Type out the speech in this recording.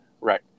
Right